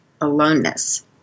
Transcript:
aloneness